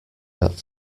that